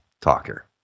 talker